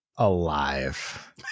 Alive